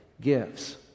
gives